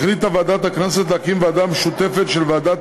החליטה ועדת הכנסת להקים ועדה משותפת של ועדת